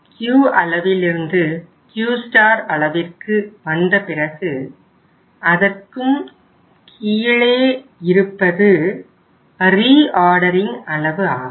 Q அளவிலிருந்து Q star அளவிற்கு வந்த பிறகு அதற்கும் கீழே இருப்பது ரீஆர்டரிங் அளவு ஆகும்